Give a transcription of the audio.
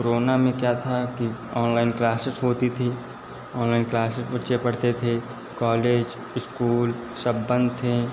corona में क्या था कि ऑनलाइन क्लासेस होती थी ऑनलाइन क्लासेस बच्चे पढ़ते थे कॉलेज इस्कूल सब बंद थें